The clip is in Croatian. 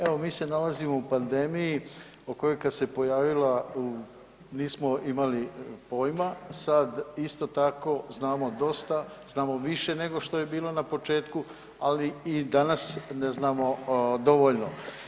Evo mi se nalazimo u pandemiji o kojoj kada se pojavila nismo imali pojma, sad isto tako znamo dosta, znamo više nego što je bilo na početku ali i danas ne znamo dovoljno.